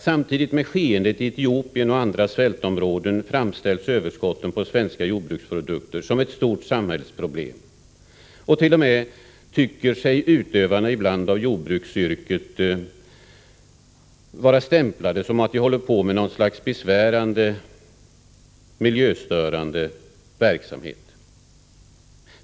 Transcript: Samtidigt med det som sker i Etiopien och andra svältområden framställs överskotten på svenska jordbruksprodukter som ett stort samhällsproblem. Det är t.o.m. så, att utövarna av jordbruksyrket ibland tycker sig vara stämplade för att hålla på med något slags besvärande, miljöstörande verksamhet.